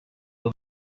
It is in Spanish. dos